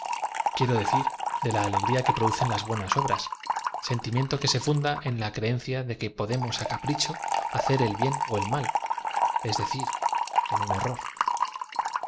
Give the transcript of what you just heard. quiero decir de la alegría que producen las buenas obras sentimiento que se funda en la creencia de que podemos á capricho hacer el bien ó el mal es decir en un error o